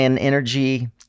Energy